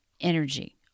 energy